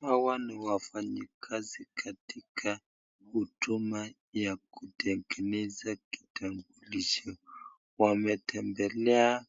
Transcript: Hawa ni wafanyikazi katika huduma ya kutengeza kitambulisho. Wametembelea